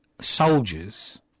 soldiers